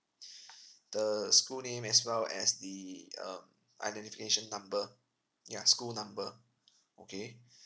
the school name as well as the um identification number yeah school number okay